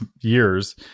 years